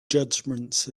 judgements